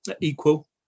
equal